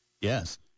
Yes